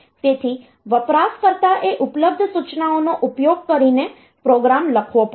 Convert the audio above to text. તેથી વપરાશકર્તાએ ઉપલબ્ધ સૂચનાઓનો ઉપયોગ કરીને પ્રોગ્રામ લખવો પડશે